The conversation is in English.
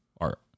art